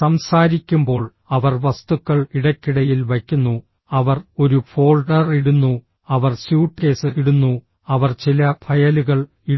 സംസാരിക്കുമ്പോൾ അവർ വസ്തുക്കൾ ഇടയ്ക്കിടയിൽ വയ്ക്കുന്നു അവർ ഒരു ഫോൾഡർ ഇടുന്നു അവർ സ്യൂട്ട്കേസ് ഇടുന്നു അവർ ചില ഫയലുകൾ ഇടുന്നു